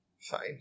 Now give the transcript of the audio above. Fine